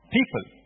People